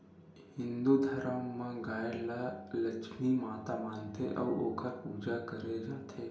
हिंदू धरम म गाय ल लक्छमी माता मानथे अउ ओखर पूजा करे जाथे